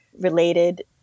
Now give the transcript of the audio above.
related